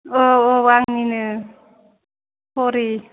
औ औ आंनिनो सरि